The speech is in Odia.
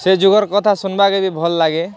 ସେ ଯୁଗର କଥା ଶୁନ୍ବା କେ ବି ଭଲ୍ ଲାଗେ